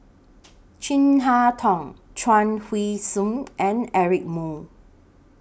Chin Harn Tong Chuang Hui Tsuan and Eric Moo